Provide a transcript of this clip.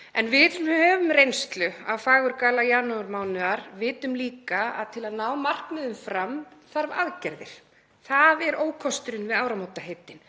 Við sem höfum reynslu af fagurgala janúarmánaðar vitum þó líka að til að ná markmiðum fram þarf aðgerðir. Það er ókosturinn við áramótaheitin,